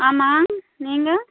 ஆமாம் நீங்கள்